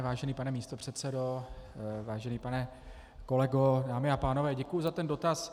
Vážený pane místopředsedo, vážený pane kolego, dámy a pánové, děkuji za ten dotaz.